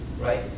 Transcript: right